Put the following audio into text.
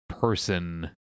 person